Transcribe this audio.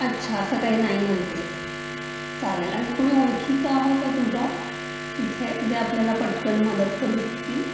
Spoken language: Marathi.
अच्छा असं काही नाही म्हणते आहेस चालेल आणि कोणी ओळखीचं आहे का तुझ्या तिथे जे आपल्याला पटकन मदत करू शकतील